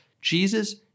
Jesus